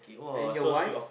and your wife